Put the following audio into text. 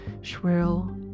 shrill